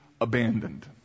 abandoned